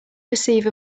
perceive